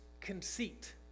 conceit